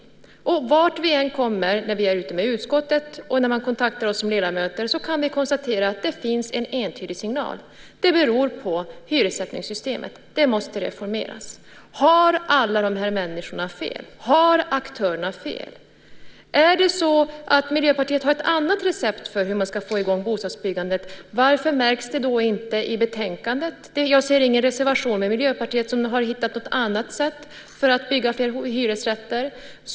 Vart vi än kommer på våra resor med utskottet eller när man kontaktar oss som ledamöter kan vi konstatera att det finns en entydig signal: Det beror på hyressättningssystemet. Det måste reformeras. Har alla dessa människor fel? Har aktörerna fel? Har Miljöpartiet något annat recept för hur man ska få i gång bostadsbyggandet? Varför märks det då inte i betänkandet? Jag ser ingen reservation från Miljöpartiet som tyder på att man har hittat ett annat sätt att bygga fler hyresrätter.